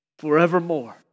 forevermore